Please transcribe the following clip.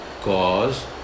cause